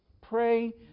pray